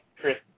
Chris